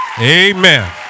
Amen